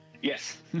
Yes